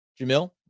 Jamil